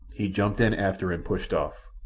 he jumped in after and pushed off.